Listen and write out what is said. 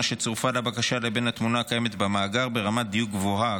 שצורפה לבקשה לבין התמונה הקיימת במאגר ברמת דיוק גבוהה,